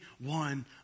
One